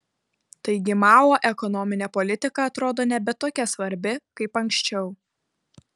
taigi mao ekonominė politika atrodo nebe tokia svarbi kaip anksčiau